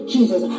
Jesus